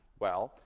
well,